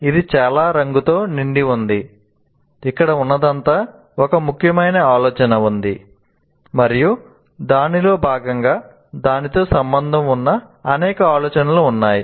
ఇక్కడ ఇది చాలా రంగుతో నిండి ఉంది ఇక్కడ ఉన్నదంతా ఒక ముఖ్యమైన ఆలోచన ఉంది మరియు దానిలో భాగంగా దానితో సంబంధం ఉన్న అనేక ఆలోచనలు ఉన్నాయి